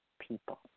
people